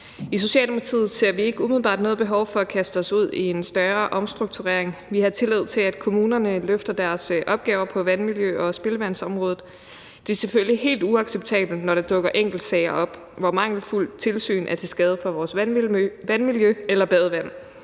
I Socialdemokratiet ser vi ikke umiddelbart noget behov for at kaste os ud i en større omstrukturering. Vi har tillid til, at kommunerne løfter deres opgaver på vandmiljø- og spildevandsområdet. Det er selvfølgelig helt uacceptabelt, når der dukker enkeltsager op, hvor mangelfuldt tilsyn er til skade for vores vandmiljø eller badevand.